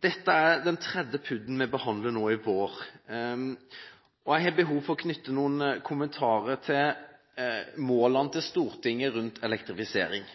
Dette er den tredje PUD-en vi behandler nå i vår. Jeg har behov for å knytte noen kommentarer til Stortingets mål når det gjelder elektrifisering.